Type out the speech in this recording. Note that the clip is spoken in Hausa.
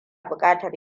bukatar